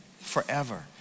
forever